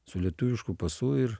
su lietuvišku pasu ir